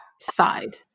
side